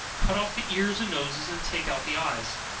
cut off the ears and noses, and take out the eyes.